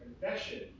confession